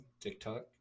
TikTok